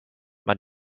man